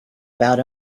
about